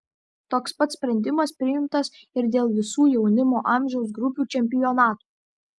toks pat sprendimas priimtas ir dėl visų jaunimo amžiaus grupių čempionatų